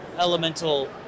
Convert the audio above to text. elemental